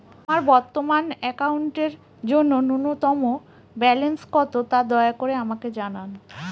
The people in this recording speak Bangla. আমার বর্তমান অ্যাকাউন্টের জন্য ন্যূনতম ব্যালেন্স কত, তা দয়া করে আমাকে জানান